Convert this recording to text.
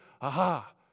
aha